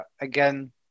Again